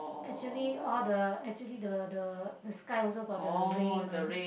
actually all the actually the the the sky also got the ray mah